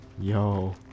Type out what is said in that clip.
Yo